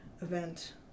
event